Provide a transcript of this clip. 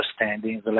understanding